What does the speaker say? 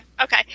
Okay